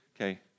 Okay